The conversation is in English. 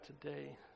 today